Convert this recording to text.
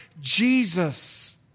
Jesus